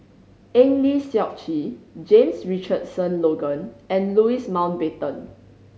Eng Lee Seok Chee James Richardson Logan and Louis Mountbatten